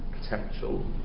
potential